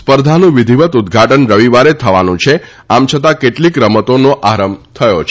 સ્પર્ધાનું વિધીવત ઉદઘાટન રવિવારે થવાનું છે આમ છતાં કેટલીક રમતોનો આરંભ થયો છે